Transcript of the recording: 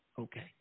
Okay